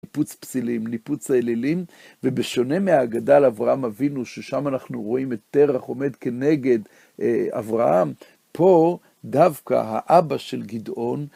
ניפוץ פסילים, ניפוץ האלילים, ובשונה מהאגדה לאברהם אבינו, ששם אנחנו רואים את טרח עומד כנגד אברהם, פה דווקא האבא של גדעון,